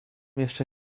jeszcze